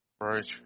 Right